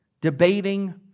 debating